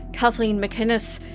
kathleen mcinnes,